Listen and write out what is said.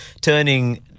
turning